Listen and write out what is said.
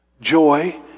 joy